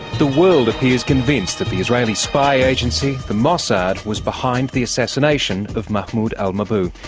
the world appears convinced that the israeli spy agency, the mossad, was behind the assassination of mahmoud al mabou.